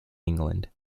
england